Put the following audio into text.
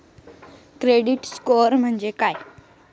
Credit score म्हणजे काय?